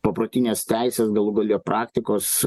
paprotinės teisės galų gale praktikos